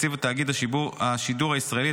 תקציב תאגיד השידור הישראלי),